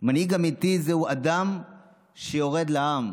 מנהיג אמיתי זהו אדם שיורד לעם,